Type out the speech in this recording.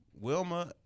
Wilma